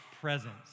presence